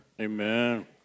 Amen